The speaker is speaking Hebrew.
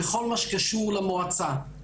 בכל מה שקשור למועצה,